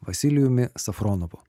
vasilijumi safronovu